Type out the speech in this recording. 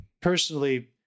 personally